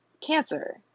cancer